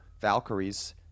Valkyrie's